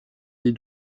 des